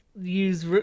use